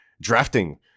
drafting